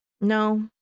No